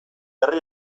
herri